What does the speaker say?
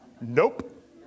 Nope